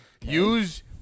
Use